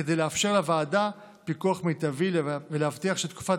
כדי לאפשר לוועדה פיקוח מיטבי ולהבטיח שתקופת